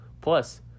Plus